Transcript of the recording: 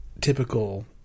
typical